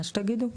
מה שתגידו.